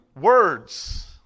words